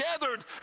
gathered